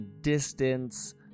distance